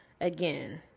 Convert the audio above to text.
again